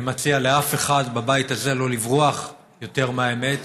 אני מציע לכל אחד בבית הזה שלא לברוח יותר מהאמת